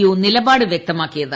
U നിലപാട് വൃക്തമാക്കിയത്